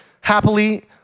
happily